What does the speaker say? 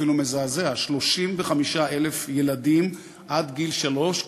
אפילו מזעזע: 35,000 ילדים עד גיל שלוש,